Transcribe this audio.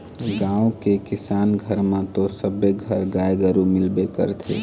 गाँव के किसान घर म तो सबे घर गाय गरु मिलबे करथे